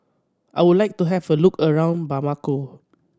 I would like to have a look around Bamako